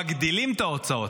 מגדילים את ההוצאות.